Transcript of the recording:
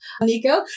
nico